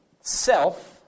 self